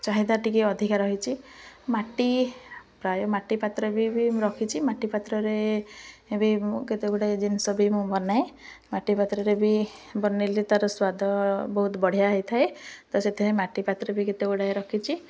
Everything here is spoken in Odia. ଚାହିଦା ଟିକେ ଅଧିକା ରହିଛି ମାଟି ପ୍ରାୟ ମାଟି ପାତ୍ର ବି ବି ମୁଁ ରଖିଛି ମାଟି ପାତ୍ରରେ ବି ମୁଁ କେତେ ଗୁଡ଼ାଏ ଜିନିଷ ବି ମୁଁ ବନାଏ ମାଟି ପାତ୍ରରେ ବି ବନାଇଲେ ତା'ର ସ୍ୱାଦ ବହୁତ ବଢ଼ିଆ ହେଇଥାଏ ତ ସେଥିପାଇଁ ମାଟି ପାତ୍ର ବି କେତେ ଗୁଡ଼ାଏ ରଖିଛି